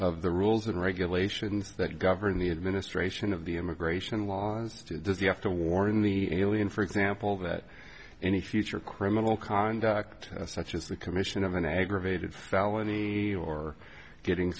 of the rules and regulations that govern the administration of the immigration laws to does he have to warn the alien for example that any future criminal conduct such as the commission of an aggravated felony or getting